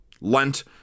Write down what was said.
lent